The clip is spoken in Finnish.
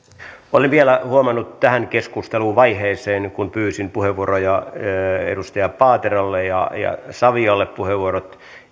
olen vielä huomannut tähän keskusteluvaiheeseen kun pyysin puheenvuoroja edustajat paatero ja ja savio puheenvuorot